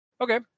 Okay